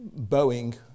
Boeing